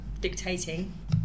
dictating